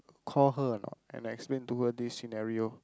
call her or not and explain to her this scenario